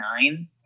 nine